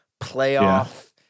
playoff